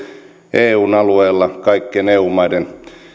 eun alueella kaikkien eu maiden